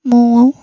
ମୁଁ